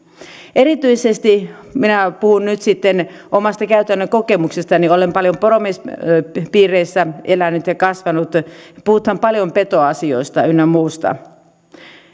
erityisesti minä puhun nyt sitten omasta käytännön kokemuksestani olen paljon poromiespiireissä elänyt ja kasvanut puhutaan paljon petoasioista ynnä muusta